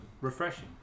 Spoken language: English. refreshing